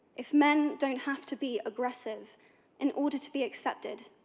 if men don't have to be aggressive in order to be accepted,